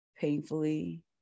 painfully